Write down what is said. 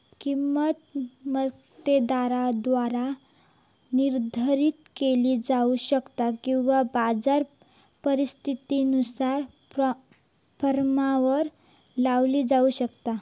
किंमत मक्तेदाराद्वारा निर्धारित केली जाऊ शकता किंवा बाजार परिस्थितीनुसार फर्मवर लादली जाऊ शकता